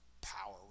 power